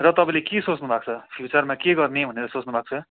र तपाईँले के सोच्नु भएको छ फ्युचरमा के गर्ने भनेर सोच्नु भएको छ